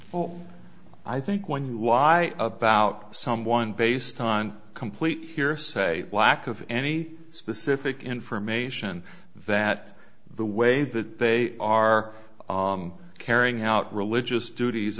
i think when you why about someone based on complete hearsay lack of any specific information that the way that they are carrying out religious duties